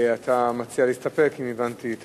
אתה מציע להסתפק, אם הבנתי.